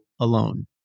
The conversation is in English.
alone